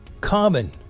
common